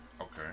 Okay